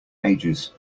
ages